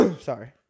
Sorry